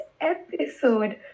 episode